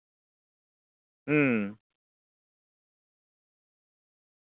ᱦᱩᱸ